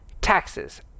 taxes